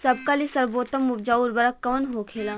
सबका ले सर्वोत्तम उपजाऊ उर्वरक कवन होखेला?